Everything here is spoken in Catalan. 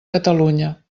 catalunya